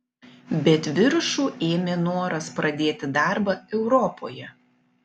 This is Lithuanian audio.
bet viršų ėmė noras pradėti darbą europoje